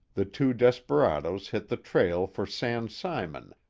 the two desperadoes hit the trail for san simon,